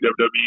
WWE